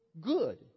good